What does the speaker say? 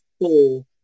four